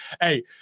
Hey